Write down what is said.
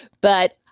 but,